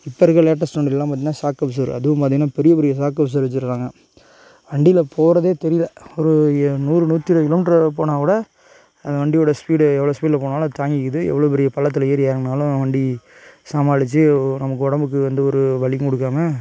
இப்போ இருக்க லேட்டஸ்ட்டு வண்டிலலாம் பார்த்திங்கன்னா சாக்கப்ஸர் அதுவும் பார்த்திங்கன்னா பெரிய பெரிய சாக்கப்ஸர் வச்சுருக்காங்க வண்டியில போகறதே தெரியல ஒரு நூறு நூற்றி இருவது கிலோ மீட்டர் போனா கூட அந்த வண்டியோட ஸ்பீடு எவ்வளோ ஸ்பீடு போனாலும் அது தாங்கிக்கிது எவ்வளோ பெரிய பள்ளத்தில் ஏறி இறங்குனாலும் வண்டி சமாளிச்சு நமக்கு உடம்புக்கு எந்த ஒரு வலியும் கொடுக்காம